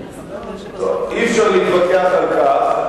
אי-אפשר להתווכח על כך.